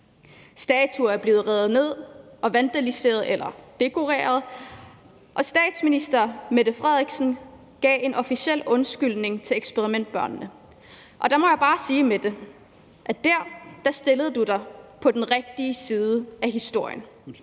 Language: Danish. Statuer er blevet revet ned og vandaliseret eller dekoreret. Statsminister Mette Frederiksen gav en officiel undskyldning til eksperimentbørnene. Der må jeg bare sige, Mette: Dér stillede du dig på den rigtige side af historien.